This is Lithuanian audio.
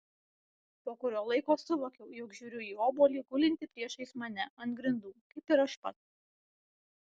po kurio laiko suvokiau jog žiūriu į obuolį gulintį priešais mane ant grindų kaip ir aš pats